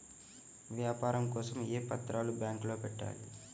వ్యాపారం కోసం ఏ పత్రాలు బ్యాంక్లో పెట్టాలి?